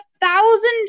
thousand